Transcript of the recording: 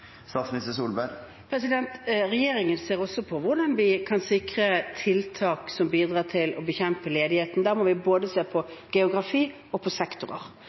Regjeringen ser også på hvordan vi kan sikre tiltak som bidrar til å bekjempe ledigheten. Da må vi se både på geografi og på sektorer.